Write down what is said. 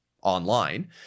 online